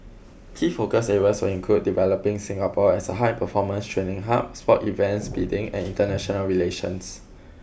key focus areas will include developing Singapore as a high performance training hub sport events bidding and international relations